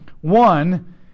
One